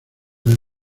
del